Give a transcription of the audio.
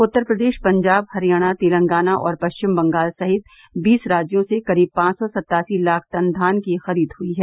उत्तर प्रदेश पंजाब हरियाणा तेलंगाना और पश्चिम बंगाल सहित बीस राज्यों से करीब पांच सौ सत्तासी लाख टन धान की खरीद हुई है